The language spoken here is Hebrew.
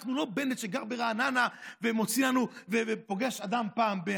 אנחנו לא בנט, שגר ברעננה ופוגש אדם פעם ב-.